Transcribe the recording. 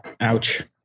ouch